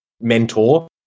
mentor